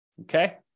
Okay